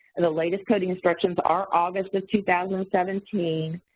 the latest coding instructions are august of two thousand and seventeen.